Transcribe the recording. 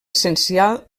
essencial